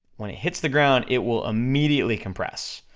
when it hits the ground, it will immediately compress.